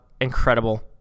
incredible